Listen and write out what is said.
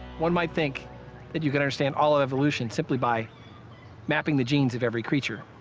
one might think that you could understand all of evolution, simply by mapping the genes of every creature.